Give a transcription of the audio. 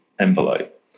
envelope